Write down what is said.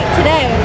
today